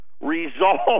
resolve